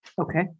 Okay